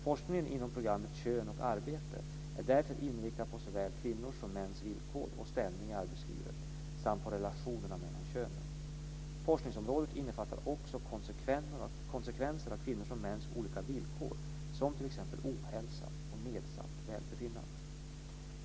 Forskningen inom programmet Kön och arbete är därför inriktad på såväl kvinnors som mäns villkor och ställning i arbetslivet, samt på relationerna mellan könen. Forskningsområdet innefattar också konsekvenser av kvinnors och mäns olika villkor, som t.ex. ohälsa och nedsatt välbefinnande.